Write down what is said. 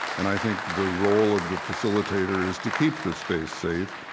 and i think the role of the facilitator is to keep the space safe,